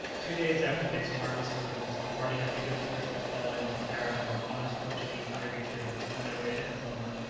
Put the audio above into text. two days after dick's marvellous deliverance the party had the good fortune to fall in with a caravan of honest portuguese ivory-traders on their way to emboma,